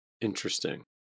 Interesting